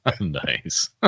Nice